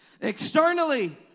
Externally